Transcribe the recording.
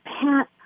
Pat